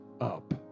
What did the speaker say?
up